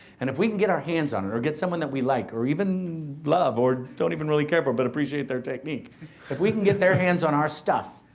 and if we can get our hands on it or get someone that we like, or even love or don't even really care for, but will appreciate their technique, if we can get their hands on our stuff,